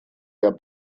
der